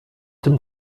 dem